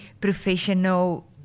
professional